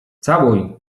całuj